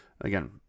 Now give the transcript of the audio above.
Again